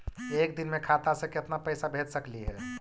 एक दिन में खाता से केतना पैसा भेज सकली हे?